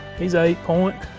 he's eight point.